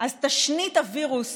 אז תשנית הווירוס